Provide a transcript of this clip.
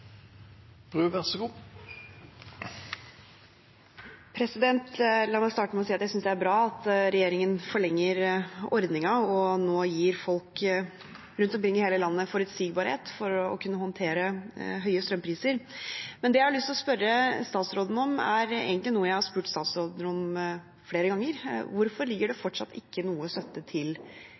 nå gir folk rundt omkring i hele landet forutsigbarhet for å kunne håndtere høye strømpriser. Det jeg har lyst til å spørre statsråden om, er egentlig noe jeg har spurt statsråden om flere ganger: Hvorfor ligger det fortsatt ikke inne noe støtte til